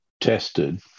tested